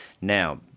Now